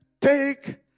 take